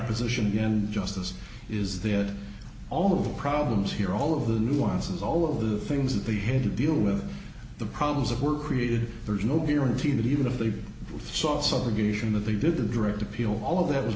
position again justice is that all of the problems here all of the nuances all of the things that they had to deal with the problems that were created there's no guarantee that even if they saw subjugation that they did the direct appeal all that was